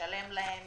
לשלם להם